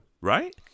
right